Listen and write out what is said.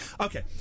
Okay